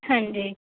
ਹਾਂਜੀ